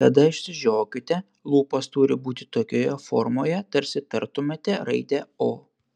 tada išsižiokite lūpos turi būti tokioje formoje tarsi tartumėte raidę o